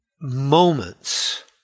moments